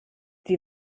die